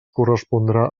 correspondrà